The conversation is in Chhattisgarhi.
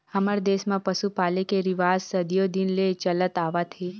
हमर देस म पसु पाले के रिवाज सदियो दिन ले चलत आवत हे